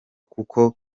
kuko